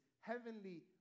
heavenly